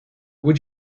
would